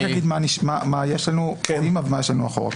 ומה יש לנו אחורה.